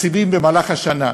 תקציבים במהלך השנה,